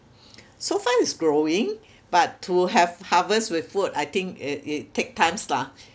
so far it's growing but to have harvest with food I think uh it take times lah